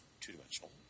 two-dimensional